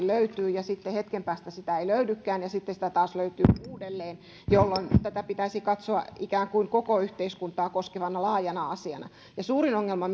löytyy ja sitten hetken päästä sitä ei löydykään ja sitten sitä taas löytyy uudelleen jolloin tätä pitäisi katsoa ikään kuin koko yhteiskuntaa koskevana laajana asiana suurin ongelma